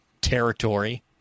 territory